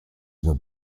were